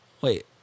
Wait